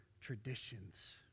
traditions